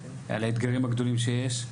את האתגרים הגדולים שיש.